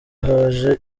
haje